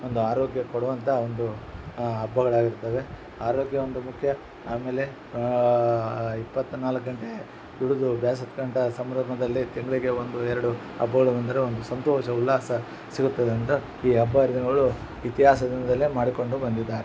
ಒಂದು ಆರೋಗ್ಯ ಕೊಡುವಂಥ ಒಂದು ಹಬ್ಬಗಳಾಗಿರ್ತಾವೆ ಆರೋಗ್ಯ ಒಂದು ಮುಖ್ಯ ಆಮೇಲೆ ಇಪ್ಪತ್ತು ನಾಲ್ಕು ಗಂಟೆ ದುಡಿದ್ ಬೇಸತ್ಕಂಡ ಸಂಭ್ರಮದಲ್ಲಿ ತಿಂಗಳಿಗೆ ಒಂದು ಎರಡು ಹಬ್ಬಗುಳು ಬಂದರೆ ಒಂದು ಸಂತೋಷ ಉಲ್ಲಾಸ ಸಿಗುತ್ತದೆ ಅಂತ ಈ ಹಬ್ಬ ಹರಿದಿನಗಳು ಇತಿಹಾಸದಿಂದಲೇ ಮಾಡಿಕೊಂಡು ಬಂದಿದ್ದಾರೆ